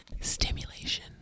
stimulation